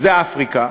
זו אפריקה,